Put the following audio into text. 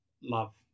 love